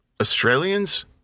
Australians